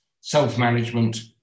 self-management